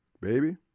Baby